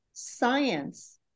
science